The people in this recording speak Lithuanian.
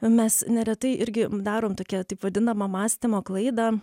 mes neretai irgi darom tokią taip vadinamą mąstymo klaidą